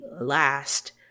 last